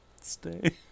Stay